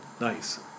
Nice